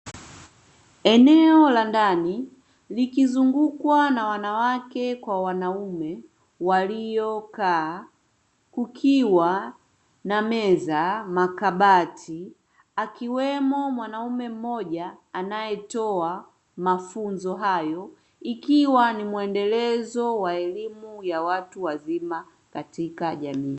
Eneo la ndani likizungukwa na wanawake kwa wanaume waliokaa kukiwa na meza, makabati akiwemo mwanaume mmoja anayetoa mafunzo hayo, ikiwa ni mwendelezo wa elimu ya watu wazima katika jamii.